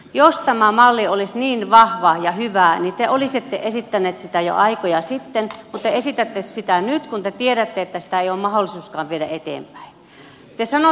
jos tämä malli olisi niin vahva ja hyvä niin te olisitte esittäneet sitä jo aikoja sitten mutta te esitätte sitä nyt kun te tiedätte että sitä ei ole mahdollistakaan viedä eteenpäin